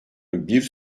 bir